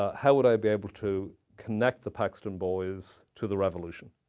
ah how would i be able to connect the paxton boys to the revolution?